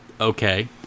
Okay